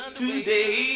today